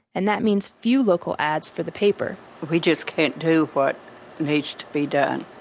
and that means few local ads for the paper we just can't do what needs to be done,